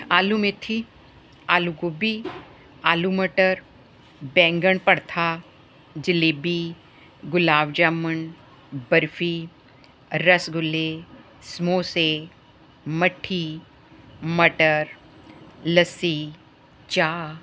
ਆਲੂ ਮੇਥੀ ਆਲੂ ਗੋਭੀ ਆਲੂ ਮਟਰ ਬੈਂਗਣ ਪੜਥਾ ਜਲੇਬੀ ਗੁਲਾਬ ਜਾਮਣ ਬਰਫੀ ਰਸਗੁੱਲੇ ਸਮੋਸੇ ਮੱਠੀ ਮਟਰ ਲੱਸੀ ਚਾਹ